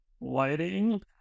lighting